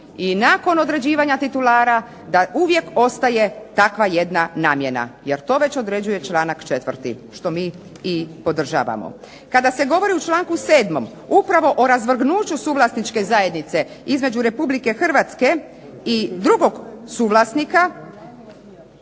i nakon određivanja titulara, da uvijek ostaje takva jedna namjena. Jer to već određuje članak 4. što mi i podržavamo. Kada se govori u članku 7. upravo o razvrgnuću suvlasničke zajednice između Republike Hrvatske i drugog suvlasnika